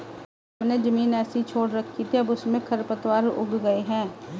हमने ज़मीन ऐसे ही छोड़ रखी थी, अब उसमें खरपतवार उग गए हैं